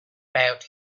about